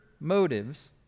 Motives